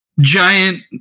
giant